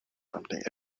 something